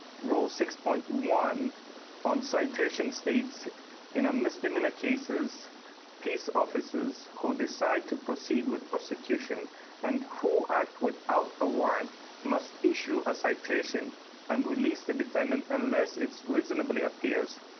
rule six point one on citation states in a misdemeanor cases peace officers who decide to proceed with prosecution and who act without a warrant must issue a citation and released the defendant unless it's reasonably appears.